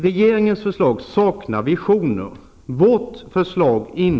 Regeringens förslag saknar visioner.